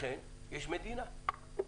לכן יש מדינה.